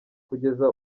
kugeza